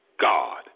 God